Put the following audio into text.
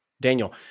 Daniel